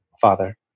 father